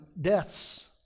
deaths